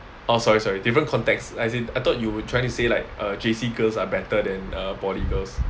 orh sorry sorry different context as in I thought you were trying to say like uh J_C girls are better than uh poly girls